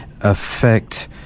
affect